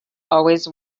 always